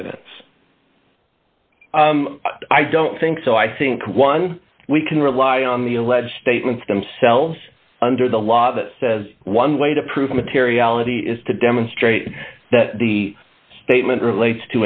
evidence i don't think so i think one we can rely on the alleged statements themselves under the law that says one way to prove materiality is to demonstrate that the statement relates